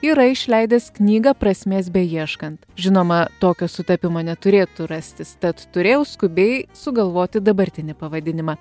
yra išleidęs knygą prasmės beieškant žinoma tokio sutapimo neturėtų rastis tad turėjau skubiai sugalvoti dabartinį pavadinimą